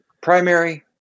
primary